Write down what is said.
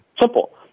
Simple